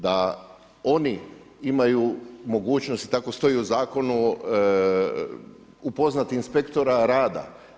Da oni imaju mogućnost, tako stoji u Zakonu, upoznati inspektora rada.